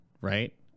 right